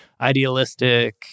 idealistic